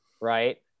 right